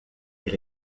elle